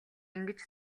ингэж